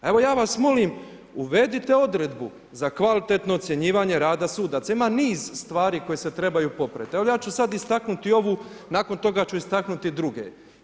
Evo ja vas molim, uvedite odredbu za kvalitetno ocjenjivanje rada sudaca, ima niz stvari koje se trebaju popraviti ali ja ću sada istaknuti ovu, nakon toga ću istaknuti druge.